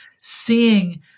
seeing